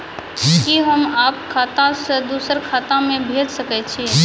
कि होम आप खाता सं दूसर खाता मे भेज सकै छी?